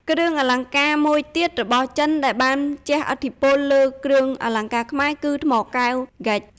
គ្រឿងអលង្ការមួយទៀតរបស់ចិនដែលបានជះឥទ្ធិពលលើគ្រឿងអលង្ការខ្មែរគឺថ្មកែវ (ហ្គិច)។